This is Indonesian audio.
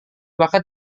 bahkan